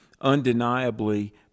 undeniably